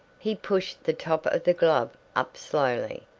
he pushed the top of the glove up slowly.